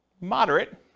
Moderate